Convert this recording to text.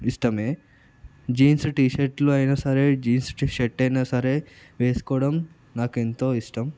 ఇష్టమే jeans T షర్ట్లు అయినా సరే జీన్స్కి షర్ట్ అయినా సరే వేసుకోవడం నాకు ఎంతో ఇష్టం